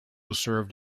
served